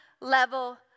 level